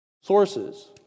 sources